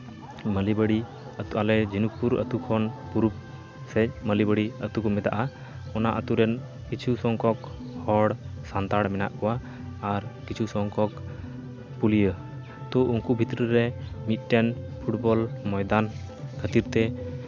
ᱢᱟᱹᱞᱤᱵᱟᱹᱲᱤ ᱟᱞᱮ ᱡᱷᱤᱱᱩᱠᱯᱩᱨ ᱟᱹᱛᱩ ᱠᱷᱚᱱ ᱯᱩᱨᱩᱵ ᱥᱮᱫ ᱢᱟᱹᱞᱤᱵᱟᱹᱲᱤ ᱟᱹᱛᱩ ᱠᱚ ᱢᱮᱛᱟᱜᱼᱟ ᱚᱱᱟ ᱟᱹᱛᱩ ᱨᱮᱱ ᱠᱤᱪᱷᱩ ᱥᱚᱝᱠᱷᱚᱠ ᱦᱚᱲ ᱥᱟᱱᱛᱟᱲ ᱢᱮᱱᱟᱜ ᱠᱚᱱᱟ ᱟᱨ ᱠᱤᱪᱷᱩ ᱥᱚᱝᱠᱷᱚᱠ ᱯᱩᱞᱤᱭᱟᱹ ᱛᱚ ᱩᱝᱠᱩ ᱵᱷᱤᱛᱨᱤ ᱨᱮ ᱢᱤᱫᱴᱮᱱ ᱯᱷᱩᱴᱵᱚᱞ ᱢᱚᱭᱫᱟᱱ ᱠᱷᱟᱹᱛᱤᱨ ᱛᱮ